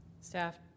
Staff